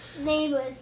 Neighbors